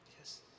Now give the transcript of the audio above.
Yes